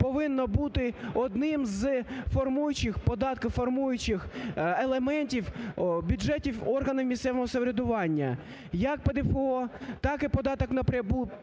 повинно бути одним з формуючих, податкоформуючих елементів бюджетів органів місцевого самоврядування. Як ПДФО, так і податок на прибуток